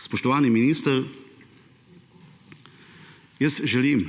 Spoštovani minister, jaz želim,